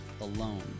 alone